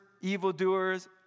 evildoers